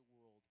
world